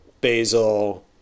basil